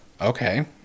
Okay